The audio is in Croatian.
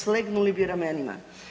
Slegnuli bi ramenima.